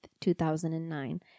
2009